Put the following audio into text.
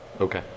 okay